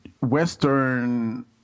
Western